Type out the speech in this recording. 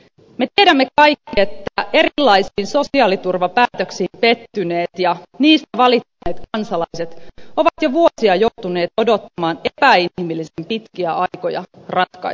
et nyt elämme ai et ne me tiedämme kaikki että erilaisiin sosiaaliturvapäätöksiin pettyneet ja niistä valittaneet kansalaiset ovat jo vuosia joutuneet odottamaan epäinhimillisen pitkiä aikoja ratkaisuja